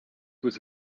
with